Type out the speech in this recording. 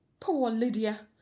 poor lydia!